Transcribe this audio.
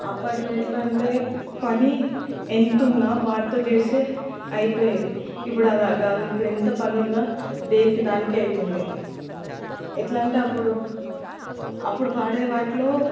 అప్పట్లో ఎట్లంటే పని ఎంతున్నా వాటితో చేస్తే అయిపోయేది ఇప్పుడలా కాదు ఎంత పనున్న దేనికి దానికే అయితుంది ఎట్లంటే అప్పుడు అప్పుడు వాడే వాటిలో